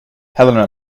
helena